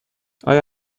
آیا